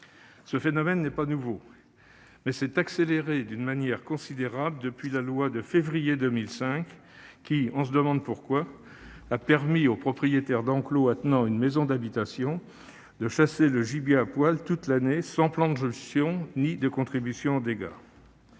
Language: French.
Ce phénomène n'est pas nouveau, mais il s'est accéléré considérablement depuis la loi de février 2005, laquelle- on se demande pourquoi ! -a permis aux propriétaires d'enclos attenant à une maison d'habitation de chasser le gibier à poil toute l'année, sans plan de gestion et sans contribution aux dégâts